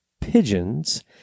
pigeons